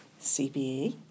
CBE